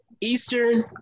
Eastern